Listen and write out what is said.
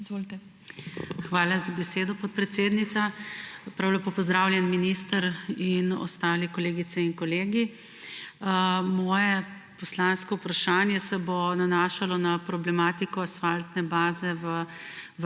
SDS):** Hvala za besedo, podpredsednica. Prav lepo pozdravljen, minister ter ostali kolegice in kolegi! Moje poslansko vprašanje se bo nanašalo na problematiko asfaltne baze v